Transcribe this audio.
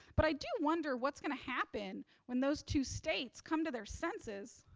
but, i do wonder what's going to happen when those two states come to their senses,